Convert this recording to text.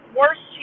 worse